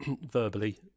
verbally